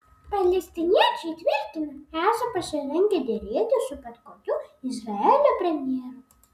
palestiniečiai tvirtina esą pasirengę derėtis su bet kokiu izraelio premjeru